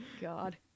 God